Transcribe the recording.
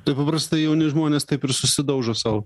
tai paprasta jauni žmonės taip ir susidaužo sau